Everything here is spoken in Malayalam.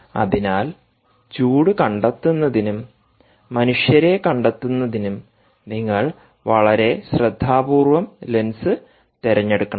അതിനാൽ ചൂട് കണ്ടെത്തുന്നതിനും മനുഷ്യരെ കണ്ടെത്തുന്നതിനും നിങ്ങൾ വളരെ ശ്രദ്ധാപൂർവ്വം ലെൻസ് തിരഞ്ഞെടുക്കണം